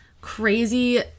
crazy